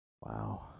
Wow